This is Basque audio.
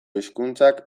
hizkuntzak